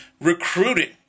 recruiting